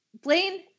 Blaine